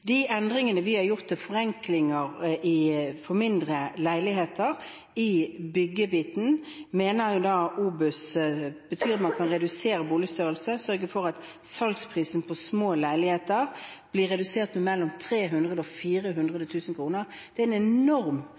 De endringene vi har gjort av forenklinger i byggebiten for mindre leiligheter, mener OBOS betyr at man kan redusere boligstørrelse og sørge for at salgsprisen på små leiligheter blir redusert med mellom 300 000 og 400 000 kr. Det er en enorm